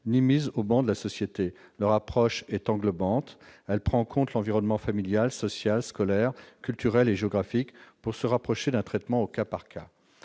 ni mise au ban de la société. Leur approche est englobante ; elle prend en compte l'environnement familial, social, scolaire, culturel et géographique, pour se rapprocher d'un traitement au cas par cas.